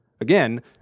again